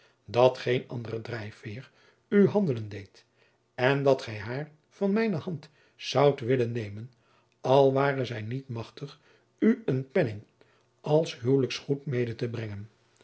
dat geen andere drijfveer u handelen deed en dat gij haar van mijne hand zoudt willen nemen al ware zij niet machtig u een penning als huwelijksgoed mede te brengen